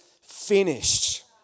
finished